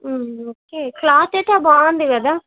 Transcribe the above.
okay cloth అయితే బాగుంది కదా